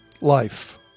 life